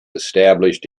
established